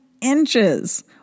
inches